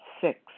Six